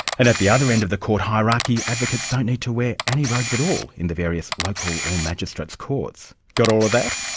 and at the other end of the court hierarchy, advocates don't need to wear any robes at all in the various local or magistrate's courts. got all of that?